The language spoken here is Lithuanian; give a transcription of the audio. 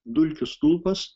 dulkių stulpas